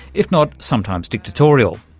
if not sometimes dictatorial?